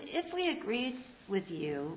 if we agree with you